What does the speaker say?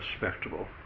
respectable